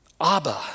Abba